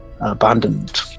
abandoned